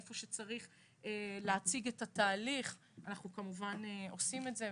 איפה שצריך להציג את התהליך אנחנו כמובן עושים את זה.